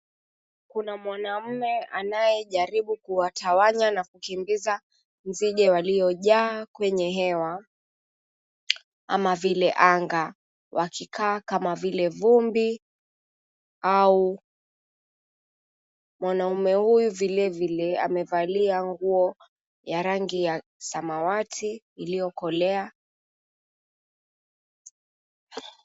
Kuna Mwanaume anayejaribu kuwatawanya na kukimbiza nzige waliojaa kwenye hewa ama vile anga, wakikaa kama vile vumbi au. Mwanamume huyu vilevile amevalia nguo ya rangi ya samawati iliyokolea.